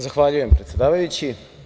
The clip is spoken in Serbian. Zahvaljujem, predsedavajući.